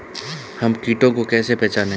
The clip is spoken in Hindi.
हम कीटों को कैसे पहचाने?